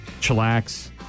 chillax